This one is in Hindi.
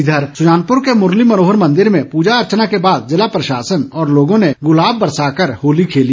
इधर सुजानपुर के मुरली मनोहर मंदिर में पूजा अर्चना के बाद जिला प्रशासन और लोगों ने गुलाब बरसाकर होली खेली